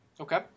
Okay